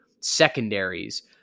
secondaries